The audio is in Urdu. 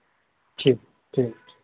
ٹھیک ٹھیک